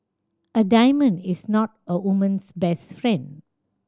a diamond is not a woman's best friend